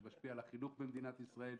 זה משפיע על החינוך במדינת ישראל.